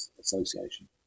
Association